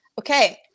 Okay